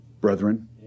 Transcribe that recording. brethren